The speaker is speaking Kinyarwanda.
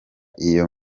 iyo